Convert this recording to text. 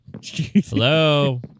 Hello